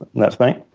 that's right.